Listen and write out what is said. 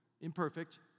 Imperfect